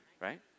Right